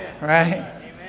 right